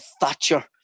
Thatcher